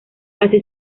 así